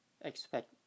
expect